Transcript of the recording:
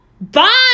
Bye